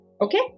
Okay